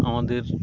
আমাদের